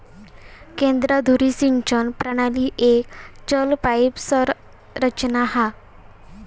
केंद्र धुरी सिंचन प्रणाली एक चल पाईप संरचना हा